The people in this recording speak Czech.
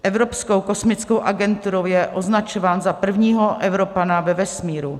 Evropskou kosmickou agenturou je označován za prvního Evropana ve vesmíru.